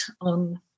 on